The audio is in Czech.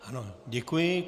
Ano, děkuji.